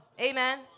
Amen